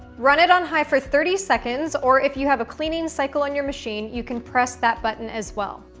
run it on high for thirty seconds or if you have a cleaning cycle on your machine you can press that button as well.